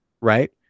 Right